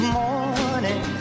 morning